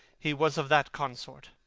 he was of that consort.